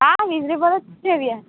હા રીઝનેબલ જ છે વ્યાજ